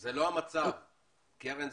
זה לא המצב, קרן.